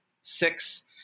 six